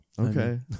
Okay